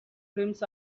rims